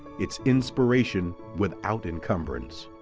it's inspiration without encumbrance.